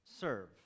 serve